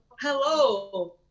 Hello